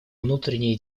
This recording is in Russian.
внутренние